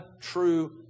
true